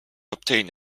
obtain